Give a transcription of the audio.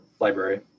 library